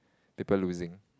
paper losing